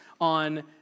on